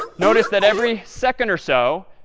notice that every second or so,